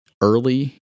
early